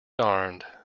darned